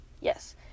yes